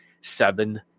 Seven